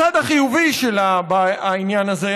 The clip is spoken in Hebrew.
הצד החיובי של העניין הזה,